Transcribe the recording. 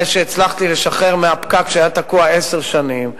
אחרי שהצלחתי לשחרר מהפקק שהיה תקוע עשר שנים,